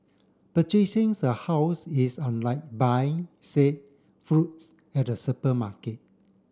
a house is unlike buying say fruits at a supermarket